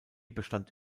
bestand